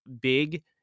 big